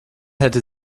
hätte